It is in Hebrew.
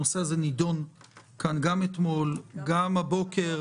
הנושא הזה נידון ארוכות גם אתמול וגם הבוקר,